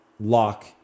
lock